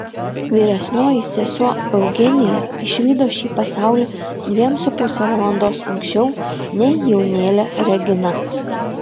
vyresnioji sesuo eugenija išvydo šį pasaulį dviem su puse valandos anksčiau nei jaunėlė regina